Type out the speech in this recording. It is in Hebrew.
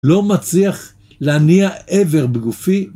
לא מצליח להניע אבר בגופי